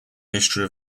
history